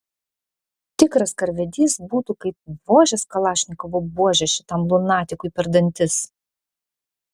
tikras karvedys būtų kaip vožęs kalašnikovo buože šitam lunatikui per dantis